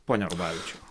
pone rubavičiau